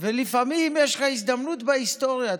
לפעמים יש לך הזדמנות בהיסטוריה.